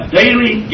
daily